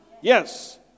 Yes